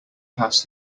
pass